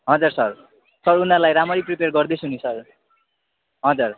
हजुर sir sir उनीहरूलाई राम्ररी प्रिपेयर गर्दैछु नि सर हजुर